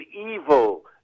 evil